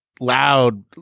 loud